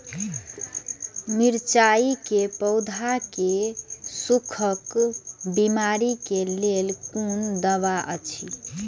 मिरचाई के पौधा के सुखक बिमारी के लेल कोन दवा अछि?